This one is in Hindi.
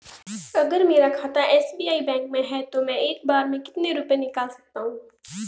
अगर मेरा खाता एस.बी.आई बैंक में है तो मैं एक बार में कितने रुपए निकाल सकता हूँ?